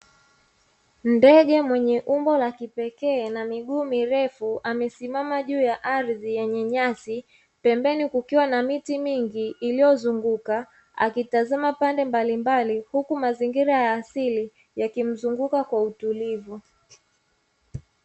Ndege mwenye umbo la kipekee na miguu mirefu amesimama juu ya ardhi yenye nyasi. pembeni kukiwa na miti mingi iliyozunguka, akitazama pande mbalimbali huku mazingira ya asili yakimzunguka kwa utulivu.